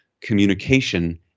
communication